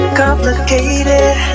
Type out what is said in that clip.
complicated